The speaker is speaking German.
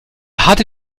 hatte